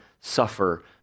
suffer